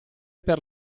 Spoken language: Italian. per